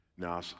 Now